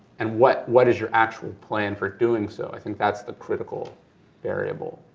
and what what is your actual plan for doing so, i think that's the critical variable.